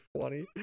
funny